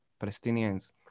Palestinians